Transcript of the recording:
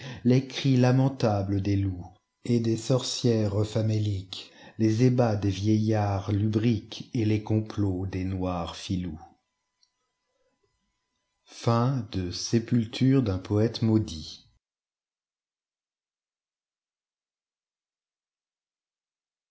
condamnéeles cris lamentables des loups et des sorcières faméliques les ébats des vieillards lubriqueset les complots des noirs filous